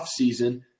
offseason